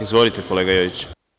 Izvolite, kolega Jojiću.